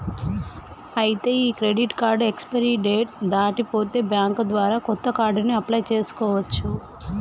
ఐతే ఈ credit card expiry date దాటి పోతే బ్యాంక్ ద్వారా కొత్త కార్డుని అప్లయ్ చేసుకోవచ్చు